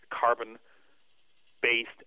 carbon-based